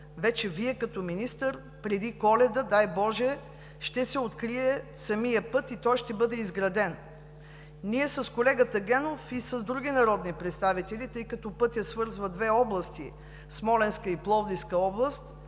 вече и Вие като министър, преди Коледа, дай боже, ще се открие самият път и той ще бъде изграден. Ние с колегата Генов и с други народни представители, тъй като пътят свързва две области – Смолянска и Пловдивска,